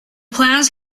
plans